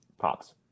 pops